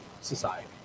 society